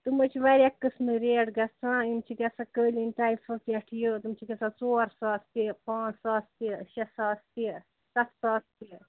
تِم حظ چھِ واریاہ قٕسمہٕ ریٹ گَژھان یِم چھِ گژھان قٲلیٖن ٹایپس پٮ۪ٹھ یہِ تِم چھِ گَژھان ژور ساس تہِ پانٛژھ ساس تہِ شےٚ ساس تہِ سَتھ ساس تہِ